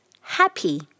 happy